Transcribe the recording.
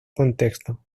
contexto